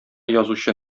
язучы